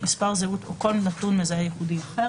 מספר זהות או כל נתון מזהה ייחודי אחר,